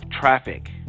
traffic